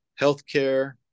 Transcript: healthcare